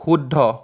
শুদ্ধ